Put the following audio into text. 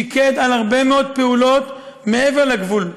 פיקד על הרבה מאוד פעולות מעבר לגבול,